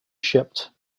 shipped